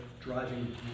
driving